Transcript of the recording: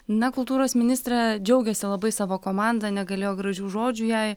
na kultūros ministrė džiaugėsi labai savo komanda negailėjo gražių žodžių jai